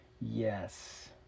Yes